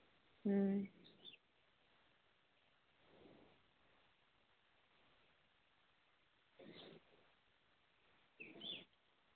ᱦᱩᱸ